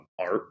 art